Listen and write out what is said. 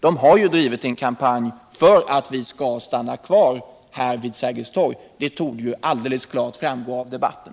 Att kommunen har drivit en kampanj för alt vi skall stanna kvar här vid Sergels torg torde klart framgå av debatten.